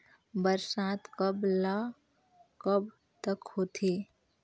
बरसात कब ल कब तक होथे?